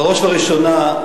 בראש ובראשונה,